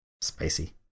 spicy